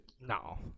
No